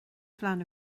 phlean